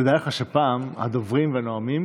תדע לך שפעם הדוברים והנואמים